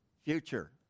future